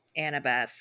Annabeth